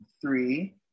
three